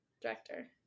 director